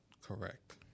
Correct